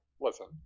listen